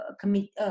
committee